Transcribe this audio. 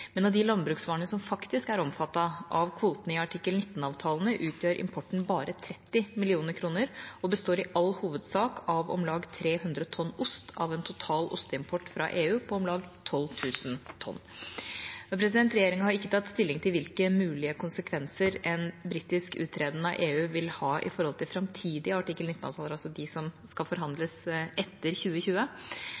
Men av de landbruksvarene som faktisk er omfattet av kvotene i artikkel 19-avtalene, utgjør importen bare 30 mill. kr, og består i all hovedsak av om lag 300 tonn ost av en total osteimport fra EU på om lag 12 000 tonn. Regjeringa har ikke tatt stilling til hvilke mulige konsekvenser en britisk uttreden av EU vil ha med hensyn til framtidige artikkel 19-avtaler, altså de som skal